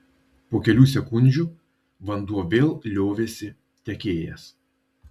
po kelių sekundžių vanduo vėl liovėsi tekėjęs